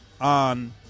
on